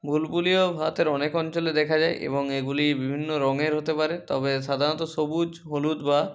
বুলবুলিও ভারতের অনেক অঞ্চলে দেখা যায় এবং এগুলি বিভিন্ন রঙের হতে পারে তবে সাধারণত সবুজ হলুদ বা